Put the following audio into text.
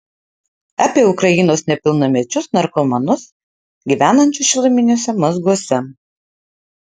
apie ukrainos nepilnamečius narkomanus gyvenančius šiluminiuose mazguose